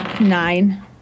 Nine